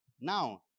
Now